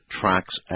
tracks